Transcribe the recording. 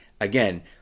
again